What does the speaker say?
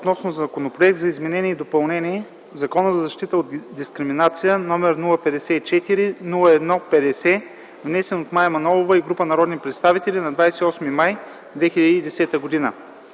гласуване Законопроект за изменение и допълнение на Закона за защита от дискриминация, № 054-01-50, внесен от Мая Манолова и група народни представители на 28 май 2010 г.”